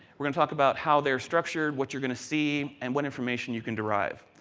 going to talk about how they are structured, what you are going to see, and what information you can derive.